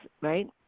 right